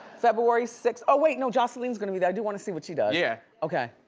february sixth, oh wait no, joseline's gonna be there. i do wanna see what she does. yeah. okay.